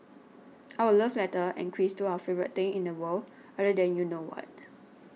our love letter and quiz to our favourite thing in the world other than you know what